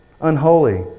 unholy